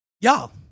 y'all